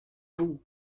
vous